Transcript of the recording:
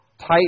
tight